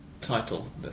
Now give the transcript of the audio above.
title